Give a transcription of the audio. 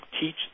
teach